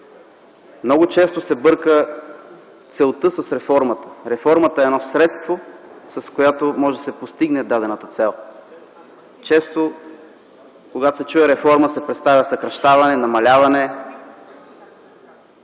Много често се бърка целта с реформата. Реформата е средство, с което може да се постигне дадената цел. Често, когато се чуе реформа, се представя съкращаване, намаляване,